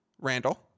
Randall